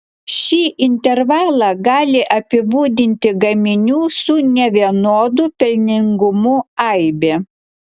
šį intervalą gali apibūdinti gaminių su nevienodu pelningumu aibė